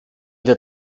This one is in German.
der